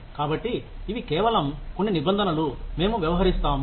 కాబట్టి ఇవి కేవలం కొన్ని నిబంధనలు మేము వ్యవహరిస్తాము